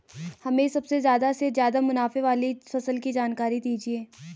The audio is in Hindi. हमें सबसे ज़्यादा से ज़्यादा मुनाफे वाली फसल की जानकारी दीजिए